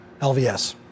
LVS